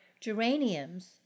geraniums